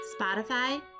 Spotify